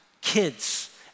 kids